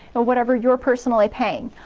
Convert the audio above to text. or whatever you're personally paying.